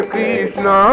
Krishna